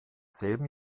selben